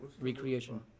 recreation